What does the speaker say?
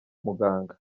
muganga